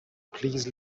please